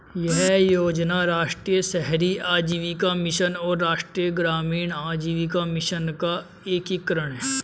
यह योजना राष्ट्रीय शहरी आजीविका मिशन और राष्ट्रीय ग्रामीण आजीविका मिशन का एकीकरण है